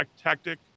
tactic